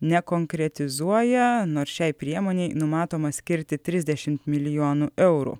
nekonkretizuoja nors šiai priemonei numatoma skirti trisdešimt milijonų eurų